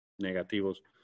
negativos